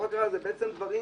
אלה בעצם דברים